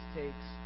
takes